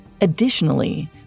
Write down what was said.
Additionally